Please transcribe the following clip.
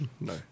No